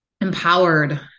Empowered